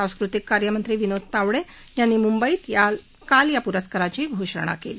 सांस्कृतिक कार्यमंत्री विनोद तावडे यांनी मुंबईत काल या पुरस्काराची घोषणा केली